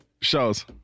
Shows